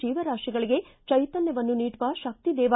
ಜೀವರಾತಿಗಳಿಗೆ ಜೈತನ್ನವನ್ನು ನೀಡುವ ಶಕ್ತಿದೇವ